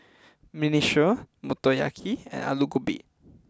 Minestrone Motoyaki and Alu Gobi